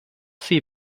sie